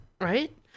right